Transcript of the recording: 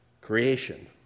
Creation